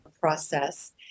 process